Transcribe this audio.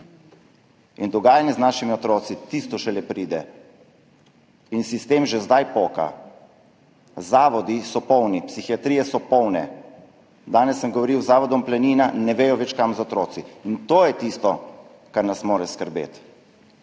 in dogajanje z našimi otroki, tisto šele pride. In sistem že zdaj poka. Zavodi so polni, psihiatrije so polne. Danes sem govoril z zavodom Planina, ne vedo več, kam z otroki. To je tisto, kar nas mora skrbeti.